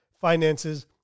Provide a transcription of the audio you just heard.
finances